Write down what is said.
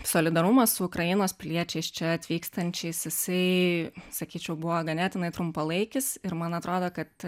solidarumas su ukrainos piliečiais čia atvykstančiais jisai sakyčiau buvo ganėtinai trumpalaikis ir man atrodo kad